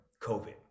covid